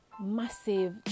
massive